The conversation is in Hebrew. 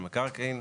המקרקעין,